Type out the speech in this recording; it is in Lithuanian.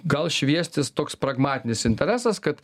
gal šviestis toks pragmatinis interesas kad